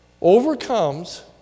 overcomes